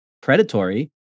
predatory